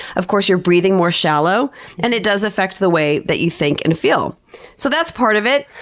of course, you're breathing more shallow and it does affect the way that you think and feel so that's part of it.